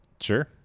Sure